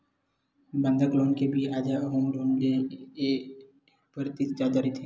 बंधक लोन के बियाज ह होम लोन ले एक ले डेढ़ परतिसत जादा रहिथे